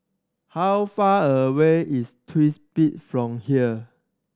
how far away is Twins Peak from here